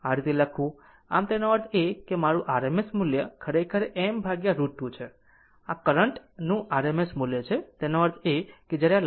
આમ તેનો અર્થ છે કે મારું RMS મૂલ્ય ખરેખર m√ 2 છે આ કરંટ નું RMS મૂલ્ય છે આનો અર્થ એ છે કે જ્યારે આ લખવા માટે શું કરો